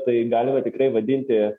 tai galima tikrai vadinti